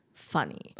funny